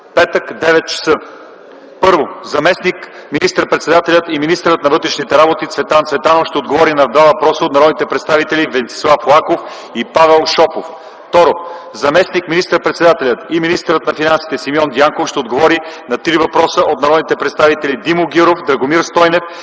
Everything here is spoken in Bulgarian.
петък, 9,00 ч. 1. Заместник министър-председателят и министър на вътрешните работи Цветан Цветанов ще отговори на два въпроса от народните представители Венцислав Лаков и Павел Шопов. 2. Заместник министър-председателят и министър на финансите Симеон Дянков ще отговори на три въпроса от народните представители Димо Гяуров, Драгомир Стойнев,